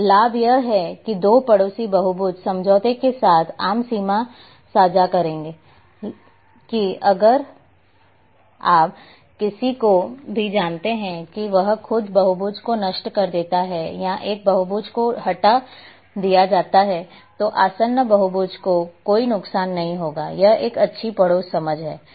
अब लाभ यह है कि दो पड़ोसी बहुभुज समझौते के साथ एक आम सीमा साझा करेंगे कि अगर आप किसी को भी जानते हैं कि वह खुद बहुभुज को नष्ट कर देता है या एक बहुभुज को हटा दिया जाता है तो आसन्न बहुभुज को कोई नुकसान नहीं होगा यह एक अच्छी पड़ोस समझ है